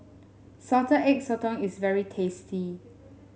Salted Egg Sotong is very tasty